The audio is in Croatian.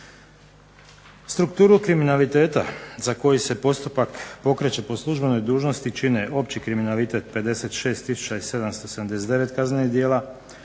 Strukturu kriminaliteta za koji se postupak pokreće po službenoj dužnosti čine opći kriminalitet 56 tisuća